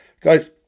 Guys